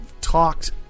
talked